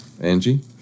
Angie